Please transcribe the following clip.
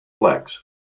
Flex